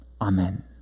Amen